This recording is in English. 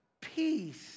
peace